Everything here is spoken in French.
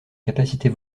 capacités